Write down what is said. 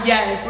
Yes